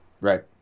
Right